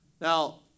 Now